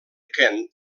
kent